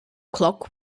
clock